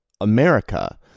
America